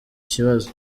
kibazo